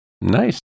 Nice